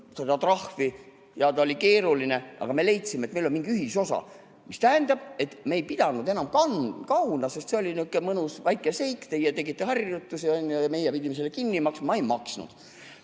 saa kerida, see oli keeruline. Aga me leidsime, et meil on mingi ühisosa, mis tähendab, et me ei pidanud enam kauna, sest see oli niisugune mõnus väike seik: teie tegite harjutusi, on ju, ja meie pidime selle kinni maksma, aga ei maksnud.